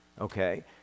Okay